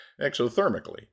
exothermically